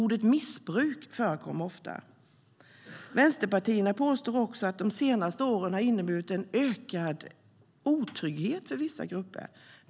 Ordet missbruk förekommer ofta. Vänsterpartierna påstår också att de senaste åren har inneburit en ökad otrygghet för vissa grupper.